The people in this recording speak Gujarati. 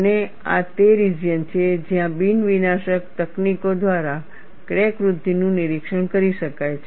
અને આ તે રિજિયન છે જ્યાં બિન વિનાશક તકનીકો દ્વારા ક્રેક વૃદ્ધિનું નિરીક્ષણ કરી શકાય છે